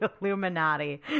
Illuminati